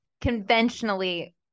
conventionally